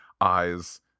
eyes